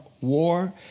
war